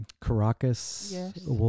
Caracas